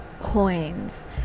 coins